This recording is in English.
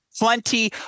Plenty